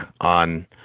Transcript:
on